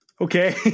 Okay